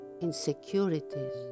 insecurities